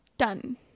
done